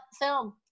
film